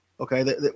Okay